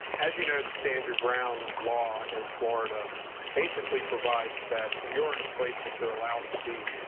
as you know the stand your ground law in florida basically provides that if you're in a place that you're allowed to be,